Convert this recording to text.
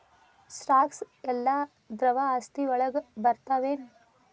Stocks ಯೆಲ್ಲಾ ದ್ರವ ಆಸ್ತಿ ವಳಗ್ ಬರ್ತಾವೆನ?